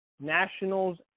Nationals